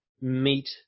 meet